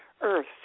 earth